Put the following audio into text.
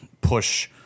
push